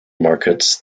markets